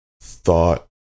thought